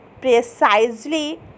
precisely